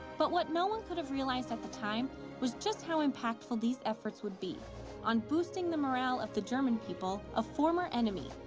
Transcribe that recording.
but what no one could have realized at the time was just how impactful these efforts would be on boosting the morale of the german people, a former enemy,